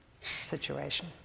situation